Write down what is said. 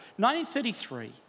1933